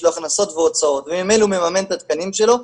יש לו הכנסות והוצאות וממילא הוא מממן את התקנים שלו,